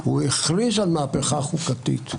הוא הכריז על מהפכה חוקתית.